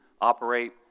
operate